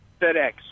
FedEx